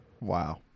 wow